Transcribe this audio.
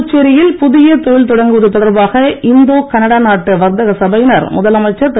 புதுச்சேரியில் புதிய தொழில் தொடங்குவது தொடர்பாக இந்தோ கனடா நாட்டு வர்த்தக சபையினர் முதலமைச்சர் திரு